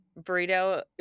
burrito